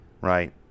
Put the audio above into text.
right